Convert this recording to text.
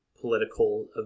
political